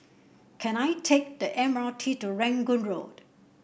can I take the M R T to Rangoon Road